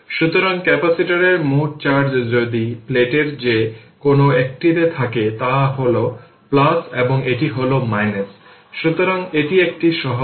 সুতরাং রেজিস্টর 1 Ω এ stored energy এবং মোট এনার্জি এর শতকরা শতাংশ এই সমস্যাটিতে উল্লেখ করা হয়েছে